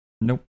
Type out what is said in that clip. Nope